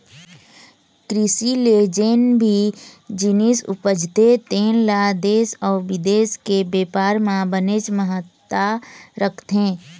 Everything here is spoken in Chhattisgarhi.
कृषि ले जेन भी जिनिस उपजथे तेन ल देश अउ बिदेश के बेपार म बनेच महत्ता रखथे